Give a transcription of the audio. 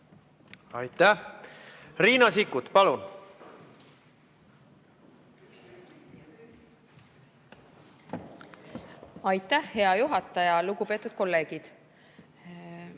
Aitäh! Riina Sikkut, palun! Aitäh, hea juhataja! Lugupeetud kolleegid!